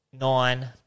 Nine